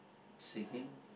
singing